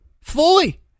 fully